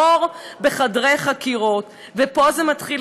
תור בחדרי חקירות ופה זה מתחיל,